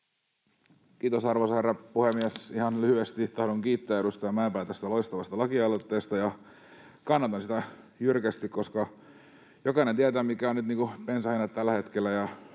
Kiitos, arvoisa herra puhemies! Ihan lyhyesti tahdon kiittää edustaja Mäenpäätä tästä loistavasta lakialoitteesta, ja kannatan sitä jyrkästi, koska jokainen tietää, mitkä ovat bensan hinnat tällä hetkellä,